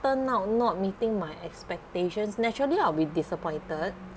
turn out not meeting my expectations naturally I'll be disappointed